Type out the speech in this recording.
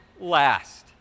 last